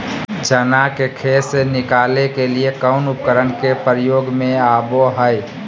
चना के खेत से निकाले के लिए कौन उपकरण के प्रयोग में आबो है?